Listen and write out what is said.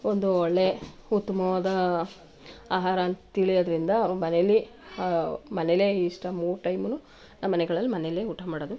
ಒಂದು ಒಳ್ಳೆ ಉತ್ತಮವಾದ ಆಹಾರ ಅಂತ ತಿಳಿಯೋದರಿಂದ ಮನೇಲಿ ಮನೇಲೆ ಇಷ್ಟ ಊ ಟೈಮ್ನು ನಮ್ಮನೆಗಳಲ್ಲಿ ಮನೇಲೆ ಊಟ ಮಾಡೋದು